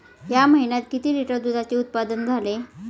या महीन्यात किती लिटर दुधाचे उत्पादन झाले?